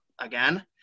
again